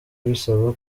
bisaba